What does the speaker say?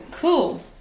Cool